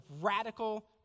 radical